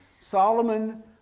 Solomon